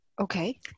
Okay